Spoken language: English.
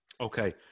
Okay